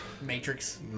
matrix